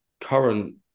current